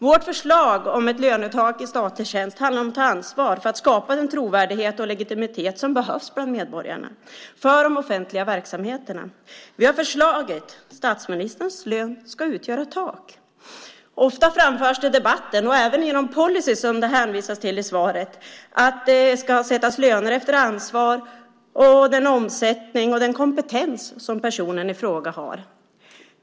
Vårt förslag om ett lönetak i statlig tjänst handlar om att ta ansvar för att skapa den trovärdighet och legitimitet som behövs bland medborgarna för de offentliga verksamheterna. Vi har förslaget att statsministerns lön ska utgöra tak. Ofta framförs det i debatten och även i de policyer som det hänvisas till att det ska sättas löner efter ansvar och den omsättning och den kompetens som personen i fråga har.